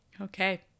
Okay